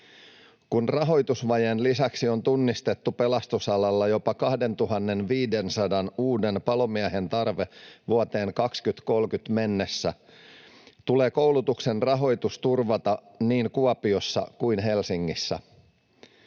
Kun rahoitusvajeen lisäksi on tunnistettu pelastusalalla jopa 2 500 uuden palomiehen tarve vuoteen 2030 mennessä, tulee koulutuksen rahoitus turvata niin Kuopiossa kuin Helsingissä.